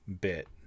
bit